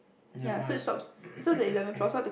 ya might as well